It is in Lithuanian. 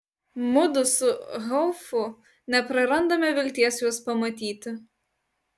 mudu su haufu neprarandame vilties juos pamatyti